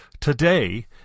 today